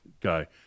guy